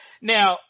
Now